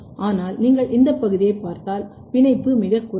ஆனால் நீங்கள் இந்த பகுதியைப் பார்த்தால் பிணைப்பு மிகக் குறைவு